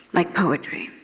like poetry.